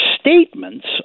statements